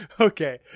okay